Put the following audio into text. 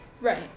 Right